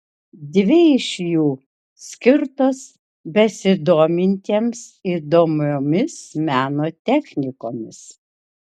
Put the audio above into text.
dvi iš jų skirtos besidomintiems įdomiomis meno technikomis